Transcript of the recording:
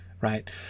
right